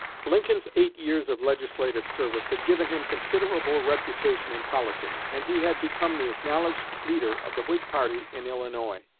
lincoln's eight years of legislative service had given him considerable reputation in politics, and he had become the acknowledged leader of the whig party in illinois.